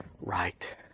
right